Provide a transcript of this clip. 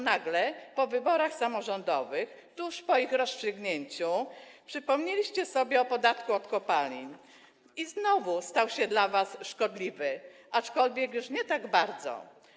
Nagle tuż po wyborach samorządowych, po ich rozstrzygnięciu, przypomnieliście sobie o podatku od kopalin i znowu stał się dla was szkodliwy, aczkolwiek już nie tak bardzo.